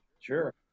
Sure